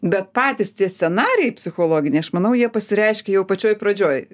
bet patys tie scenarijai psichologiniai aš manau jie pasireiškia jau pačioj pradžioj